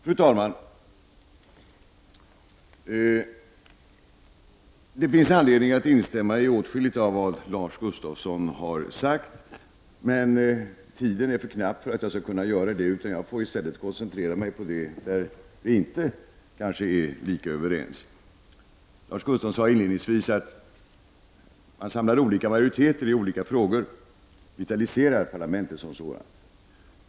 Fru talman! Det finns anledning att instämma i åtskilligt av vad Lars Gustafsson har sagt, men tiden är för knapp för att jag skall kunna göra det. Jag får i stället koncentrera mig på det som vi inte är lika överens om. Lars Gustafsson sade inledningsvis att olika majoriteter i olika frågor vitaliserar parlamentet som sådant.